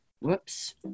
Whoops